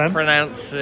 pronounce